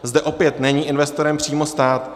Zde opět není investorem přímo stát.